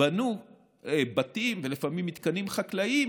בנו בתים ולפעמים מתקנים חקלאיים